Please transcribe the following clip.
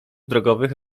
drogowych